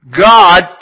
God